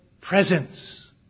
presence